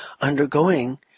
undergoing